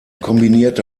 kombinierte